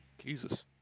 Jesus